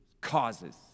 causes